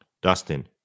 Dustin